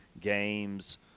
games